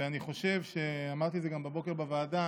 ואני חושב שאמרתי את זה גם בבוקר בוועדה.